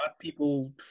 people